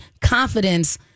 confidence